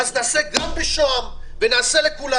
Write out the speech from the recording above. אז נעשה גם בשוהם ונעשה לכולם.